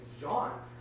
John